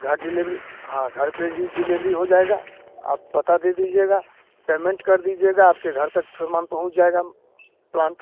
घर डिलेवरी हाँ घर पर भी डिलेवरी हो जाएगा आप पता दे दीजिएगा पैमेंट कर दीजिएगा आपके घर तक समान पहुँच जाएगा प्लांट